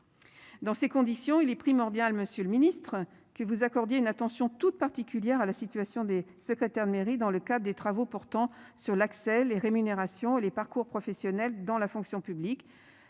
Dans ces conditions, il est primordial. Monsieur le Ministre que vous accordiez une attention toute particulière à la situation des secrétaires de mairie dans le cas des travaux portant sur l'accès, les rémunérations et les parcours professionnels dans la fonction publique